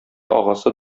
агасы